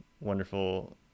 wonderful